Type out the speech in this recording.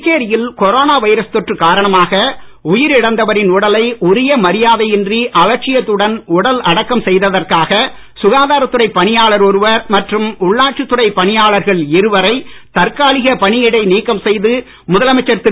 புதுச்சேரியில் corona virus தொற்று காரணமாக உயிரிழந்தவரின் உடலை உரிய மரியாதை இன்றி அலட்சியத்துடன் உடல் அடக்கம் செய்ததற்காக சுகாதாரத் துறை பணியாளர் ஒருவர் மற்றும் உள்ளாட்சித் துறை பணியாளர்கள் இருவரை தற்காலிக பணியிடை நீக்கம் செய்து முதலமைச்சர் திரு